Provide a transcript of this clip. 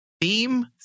Theme